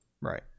right